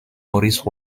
maurice